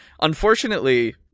unfortunately